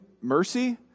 mercy